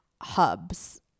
hubs